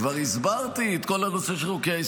כבר הסברתי את כל הנושא של חוקי-היסוד,